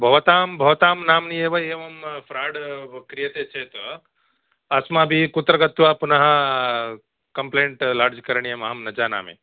भवतां भवतां नाम्ना एव एव फ़्राड् क्रियते चेत् अस्माभिः कुत्र गत्वा पुनः कम्प्लेण्ट् लाड्ज् करणीयम् अहं न जानामि